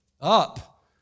up